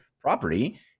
property